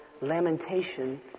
lamentation